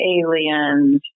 aliens